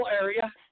area